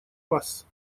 вас